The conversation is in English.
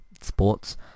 sports